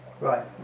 Right